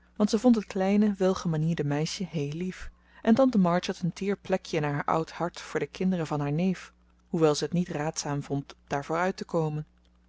want ze vond het kleine welgemanierde meisje heel lief en tante march had een teer plekje in haar oud hart voor de kinderen van haar neef hoewel ze het niet raadzaam vond daarvoor uit te komen